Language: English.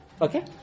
Okay